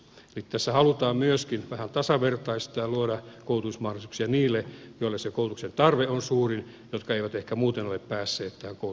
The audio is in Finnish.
eli tässä halutaan myöskin vähän tasavertaistaa ja luoda koulutusmahdollisuuksia niille joilla se koulutuksen tarve on suurin jotka eivät ehkä muuten ole päässeet tähän koulutuksen piiriin